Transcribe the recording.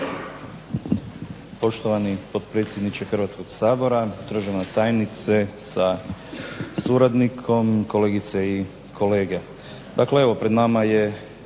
Poštovani potpredsjedniče Hrvatskog sabora, državna tajnice sa suradnikom, kolegice i kolege.